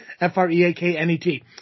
F-R-E-A-K-N-E-T